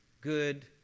good